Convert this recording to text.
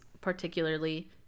particularly